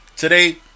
Today